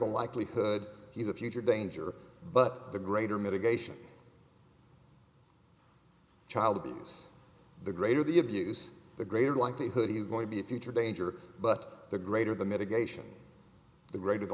the likelihood he's a future danger but the greater mitigation child abuse the greater the abuse the greater likelihood he's going to be a future danger but the greater the mitigation the greater